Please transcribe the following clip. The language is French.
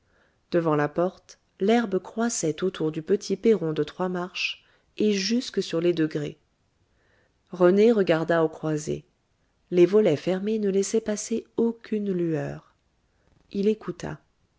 devant la porte l'herbe croissait autour du petit perron de trois marches et jusque sur les degrés rené regarda aux croisées les volets fermés ne laissaient passer aucune lueur il écouta